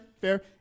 fair